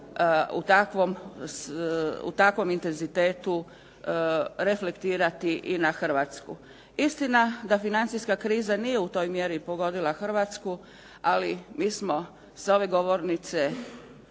u takvom intenzitetu reflektirati i na Hrvatsku. Istina da financijska kriza nije u toj mjeri pogodila Hrvatsku ali mi smo sa ove govornice